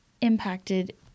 impacted